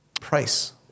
price